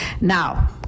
now